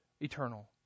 eternal